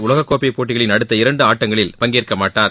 உலகக் கோப்பை போட்டிகளின் அடுத்த இரண்டு ஆட்டங்களில் பங்கேற்கமாட்டார்